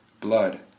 blood